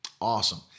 Awesome